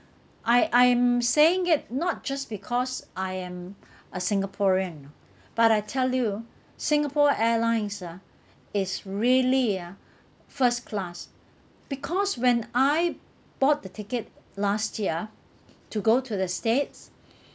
I I am saying it not just because I am a singaporean but I tell you Singapore Airlines ah is really ah first class because when I bought the ticket last year to go to the states